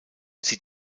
sie